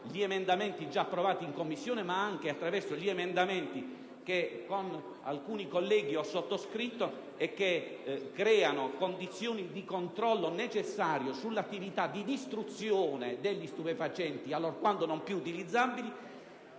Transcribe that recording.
gli emendamenti già approvati in Commissione, ma anche attraverso gli emendamenti che con alcuni colleghi ho sottoscritto e che creano condizioni di controllo necessario sull'attività di distruzione degli stupefacenti, allorché non più utilizzabili,